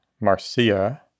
Marcia